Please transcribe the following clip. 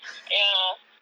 ya